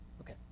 Okay